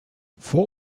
vor